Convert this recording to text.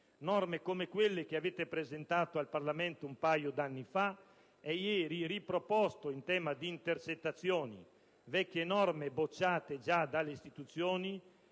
norme come quelle che avete presentato al Parlamento un paio d'anni fa e ieri riproposto in tema di intercettazioni. Vecchie norme bocciate già dalle istituzioni